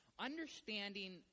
Understanding